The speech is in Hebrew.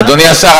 אדוני השר,